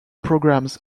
programs